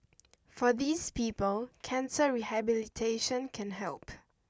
for these people cancer rehabilitation can help